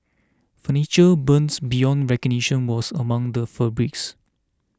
furniture burned beyond recognition was among the fabrics